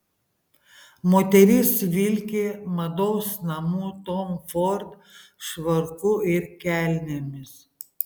moteris vilki mados namų tom ford švarku ir kelnėmis